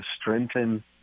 strengthen